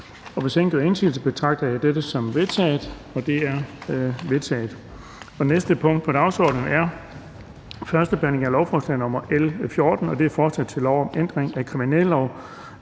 ingen gør indsigelse, betragter jeg dette som vedtaget. Det er vedtaget. --- Det næste punkt på dagsordenen er: 4) 1. behandling af lovforslag nr. L 14: Forslag til lov om ændring af kriminallov